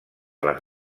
les